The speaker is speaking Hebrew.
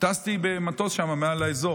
טסתי במטוס שם מעל האזור.